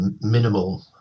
minimal